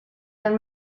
nel